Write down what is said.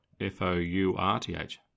F-O-U-R-T-H